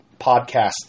podcasts